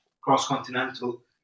cross-continental